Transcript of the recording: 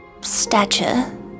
stature